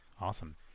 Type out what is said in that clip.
Awesome